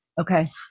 Okay